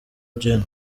gen